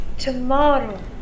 Tomorrow